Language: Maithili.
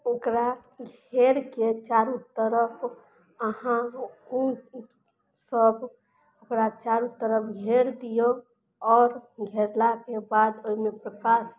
ओकरा घेरके चारू तरफ अहाँ सब ओकरा चारू तरफ घेर दियौ आओर घेरलाके बाद ओइमे प्रकाश